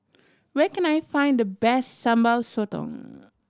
where can I find the best Sambal Sotong